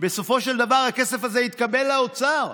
בסופו של דבר, הכסף הזה יתקבל באוצר.